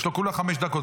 יש לו כולה חמש דקות,